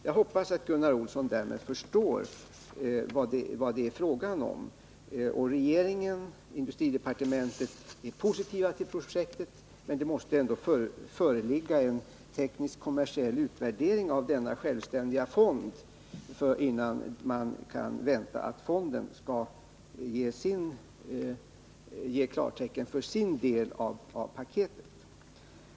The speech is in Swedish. Jag hoppas att Gunnar Olsson därmed förstår vad det är fråga om. Regeringen och industridepartementet är positiva till projektet, men det måste ändå föreligga en teknisk-kommersiell utvärdering av denna självständiga fond innan man kan vänta att fonden ger klartecken för sin del av paketet.